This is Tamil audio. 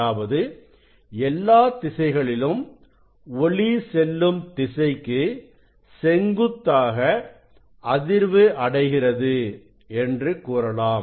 அதாவது எல்லா திசைகளிலும் ஒளி செல்லும் திசைக்கு செங்குத்தாக அதிர்வு அடைகிறது என்று கூறலாம்